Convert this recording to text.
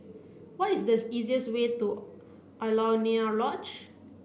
what is the easiest way to Alaunia Lodge